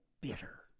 Bitter